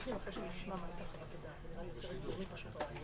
טוב, אני